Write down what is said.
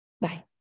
Bye